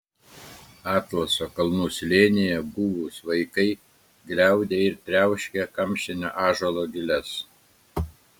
atlaso kalnų slėnyje guvūs vaikai gliaudė ir triauškė kamštinio ąžuolo giles